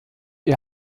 ihr